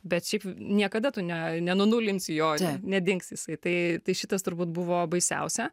bet šiaip niekada tu ne nenunulinsi jo nedings jisai tai tai šitas turbūt buvo baisiausia